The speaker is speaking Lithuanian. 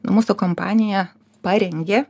mūsų kompanija parengė